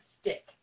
stick